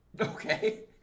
Okay